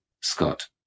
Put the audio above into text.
Scott